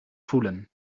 voelen